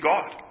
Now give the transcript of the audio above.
God